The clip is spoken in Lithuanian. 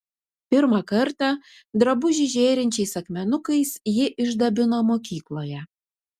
pirmą kartą drabužį žėrinčiais akmenukais ji išdabino mokykloje